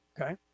okay